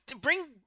bring